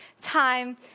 time